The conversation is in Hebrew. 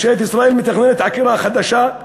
ממשלת ישראל מתכננת עקירה חדשה.